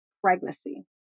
pregnancy